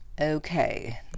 Okay